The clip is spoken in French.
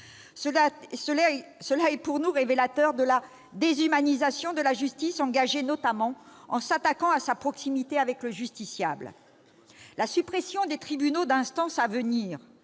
Cela est pour nous révélateur de la déshumanisation de la justice, que l'on engage, notamment, en s'attaquant à sa proximité avec le justiciable. La suppression à venir des tribunaux d'instance, en